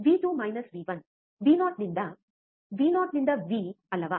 ವಿ2 V1 V0 ನಿಂದ V0 ನಿಂದ ಎ ಅಲ್ಲವಾ